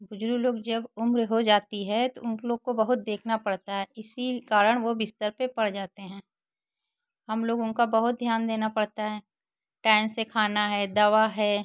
बुज़ुर्ग लोग जब उम्र हो जाती है तो उन लोग को बहुत देखना पड़ता है इसी कारण वे बिस्तर पर पड़ जाते हैं हम लोग उनका बहुत ध्यान देना पड़ता है टाइम से खाना है दवा है